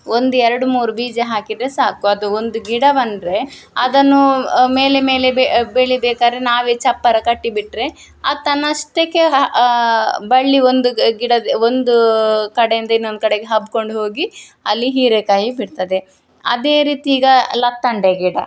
ಒಂದು ಎರಡು ಮೂರು ಬೀಜ ಹಾಕಿದರೆ ಸಾಕು ಅದು ಒಂದು ಗಿಡ ಬಂದರೆ ಅದನ್ನು ಮೇಲೆ ಮೇಲೆ ಬೆಳಿಬೇಕಾದ್ರೆ ನಾವೇ ಚಪ್ಪರ ಕಟ್ಟಿ ಬಿಟ್ಟರೆ ಅದು ತನ್ನಷ್ಟಕ್ಕೆ ಹ ಬಳ್ಳಿ ಒಂದು ಗಿಡ ಒಂದು ಕಡೆಯಿಂದ ಇನ್ನೊಂದು ಕಡೆಗೆ ಹಬ್ಕೊಂಡು ಹೋಗಿ ಅಲ್ಲಿ ಹೀರೆಕಾಯಿ ಬಿಡ್ತದೆ ಅದೇ ರೀತಿ ಈಗ ಲತ್ತಂಡೆ ಗಿಡ